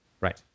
Right